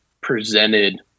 presented